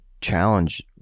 challenge